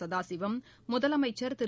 சதாசிவம் முதலமைச்ச் திரு